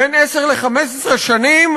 בין עשר ל-15 שנים